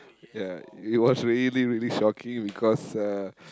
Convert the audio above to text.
yeah it was really really shocking because uh